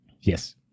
Yes